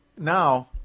now